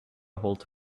hold